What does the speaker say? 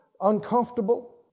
uncomfortable